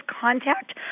contact